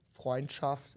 Freundschaft